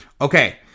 Okay